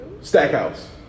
Stackhouse